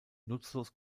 nutzlos